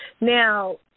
Now